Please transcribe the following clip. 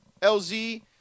LZ